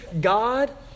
God